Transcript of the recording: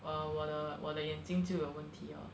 uh 我的我的眼睛就有问题 orh